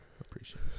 appreciate